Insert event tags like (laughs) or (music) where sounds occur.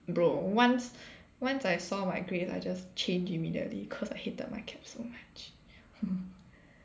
bro once once I saw my grades I just change immediately cause I hated my CAP so much (laughs)